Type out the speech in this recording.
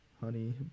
honey